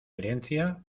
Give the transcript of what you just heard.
herencia